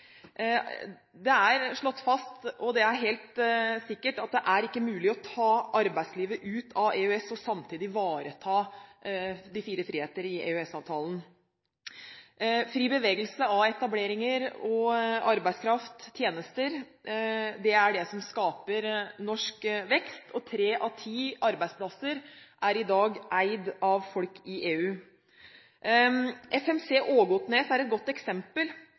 Det er slått fast – og det er helt sikkert – at det ikke er mulig å ta arbeidslivet ut av EØS og samtidig ivareta de fire friheter i EØS-avtalen. Fri bevegelse av etableringer, arbeidskraft og tjenester er det som skaper norsk vekst. Tre av ti arbeidsplasser er i dag eid av folk i EU. FMC Technologies, Ågotnes, er et godt eksempel.